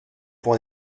pour